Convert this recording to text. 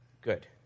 Good